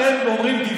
אתה רואה?